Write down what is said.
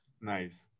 Nice